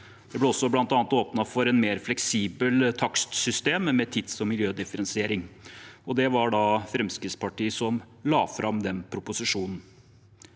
Det ble bl.a. også åpnet for et mer fleksibelt takstsystem med tids- og miljødifferensiering, og det var Fremskrittspartiet som la fram den proposisjonen.